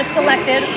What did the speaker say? selected